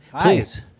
Please